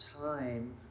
time